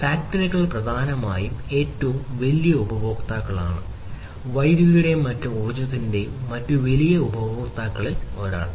ഫാക്ടറികൾ പ്രധാനമായും ഏറ്റവും വലിയ ഉപഭോക്താക്കളാണ് വൈദ്യുതിയുടെയും മറ്റ് ഊർജ്ജത്തിന്റെയും ഏറ്റവും വലിയ ഉപഭോക്താക്കളിൽ ഒരാൾ